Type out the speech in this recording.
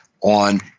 on